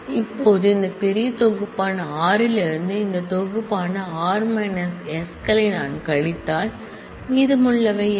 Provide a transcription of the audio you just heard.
இப்போது இந்த பெரிய தொகுப்பான r இலிருந்து இந்த தொகுப்பான இந்த r s களை நான் கழித்தால் மீதமுள்ளவை என்ன